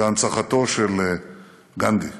בהנצחתו של גנדי.